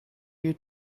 you